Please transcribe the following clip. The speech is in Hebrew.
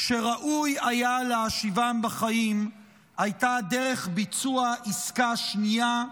שראוי היה להשיבם בחיים הייתה דרך ביצוע עסקה שנייה,